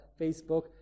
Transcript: Facebook